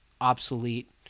obsolete